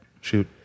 shoot